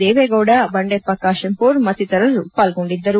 ದೇವೇಗೌಡ ಬಂಡೆಪ್ಪ ಕಾಶೆಂಪೂರ್ ಮತ್ತಿತರರು ಪಾಲ್ಗೊಂಡಿದ್ದರು